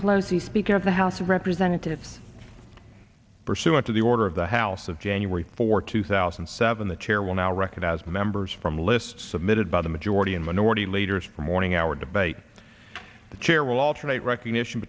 pelosi speaker of the house of representatives pursuant to the order of the house of january for two thousand and seven the chair will now recognize members from a list submitted by the majority and minority leaders for morning hour debate the chair will alternate recognition